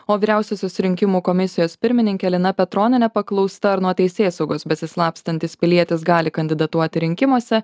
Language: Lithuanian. o vyriausiosios rinkimų komisijos pirmininkė lina petronienė paklausta ar nuo teisėsaugos besislapstantis pilietis gali kandidatuoti rinkimuose